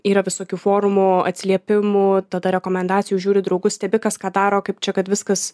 yra visokių forumų atsiliepimų tada rekomendacijų žiūri į draugus stebi kas ką daro kaip čia kad viskas